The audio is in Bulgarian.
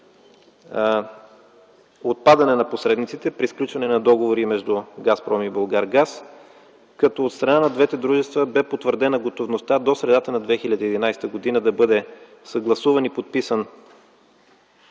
отпадане на посредниците при сключване на договори между „Газпром” и „Булгаргаз”, като от страна на двете дружества беше потвърдена готовността до средата на 2011 г. да бъде съгласуван и подписан